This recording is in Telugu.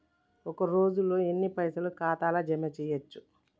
ఒక రోజుల ఎన్ని పైసల్ ఖాతా ల జమ చేయచ్చు?